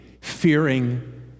fearing